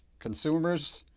consumers,